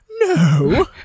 No